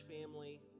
family